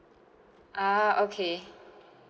ah okay